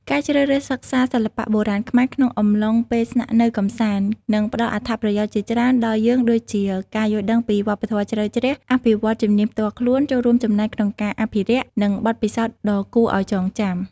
ការជ្រើសរើសសិក្សាសិល្បៈបុរាណខ្មែរក្នុងអំឡុងពេលស្នាក់នៅកម្សាន្ត នឹងផ្ដល់អត្ថប្រយោជន៍ជាច្រើនដល់យើងដូចជា ការយល់ដឹងពីវប្បធម៌ជ្រៅជ្រះ អភិវឌ្ឍជំនាញផ្ទាល់ខ្លួន ចូលរួមចំណែកក្នុងការអភិរក្ស និងបទពិសោធន៍ដ៏គួរឱ្យចងចាំ។